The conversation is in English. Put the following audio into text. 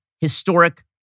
historic